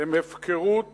הם הפקרות